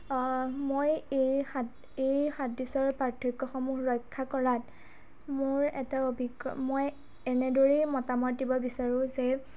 মই এই সা এই সাদৃশ্য আৰু পাৰ্থক্যসমূহ ৰক্ষা কৰাত মোৰ এটা অভিজ্ঞ মই এনেদৰেই মতামত দিব বিচাৰোঁ যে